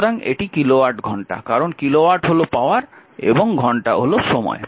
সুতরাং এটি কিলোওয়াট ঘন্টা কারণ কিলোওয়াট হল পাওয়ার এবং ঘন্টা হল সময়